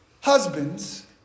Husbands